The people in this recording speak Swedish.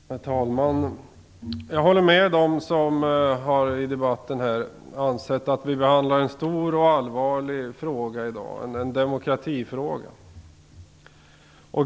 Herr talman! Jag håller med dem som i debatten sagt att vi i dag behandlar en stor och allvarlig fråga, en demokratifråga.